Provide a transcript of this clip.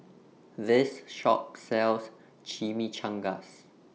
This Shop sells Chimichangas